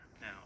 now